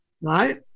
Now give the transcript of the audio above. Right